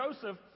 Joseph